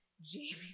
jamie